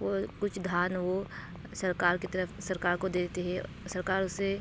وہ کچھ دھان وہ سرکار کی طرف سرکار کو دے دیتے ہے سرکار اس سے